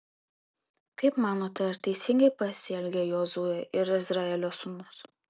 kaip manote ar teisingai pasielgė jozuė ir izraelio sūnus